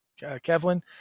Kevlin